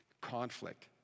conflict